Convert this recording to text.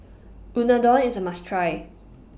Unadon IS A must Try